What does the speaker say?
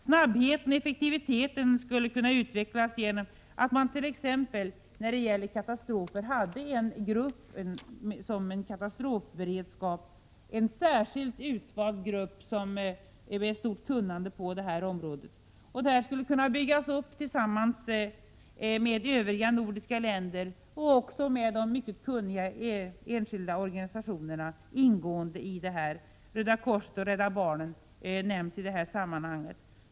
Snabbheten och effektiviteten skulle kunna utvecklas genom att man t.ex. hade en särskilt utvald grupp för katastrofberedskap, en grupp med stort kunnande på det här området. Denna katastrofberedskap skulle man kunna bygga upp tillsammans med de övriga nordiska länderna och även tillsammans med de mycket kunniga enskilda organisationerna. Röda korset och Rädda barnen nämns i detta sammanhang.